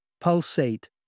pulsate